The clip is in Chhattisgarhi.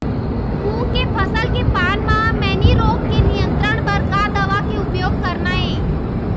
मूंग के फसल के पान म मैनी रोग के नियंत्रण बर का दवा के उपयोग करना ये?